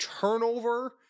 turnover